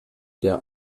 der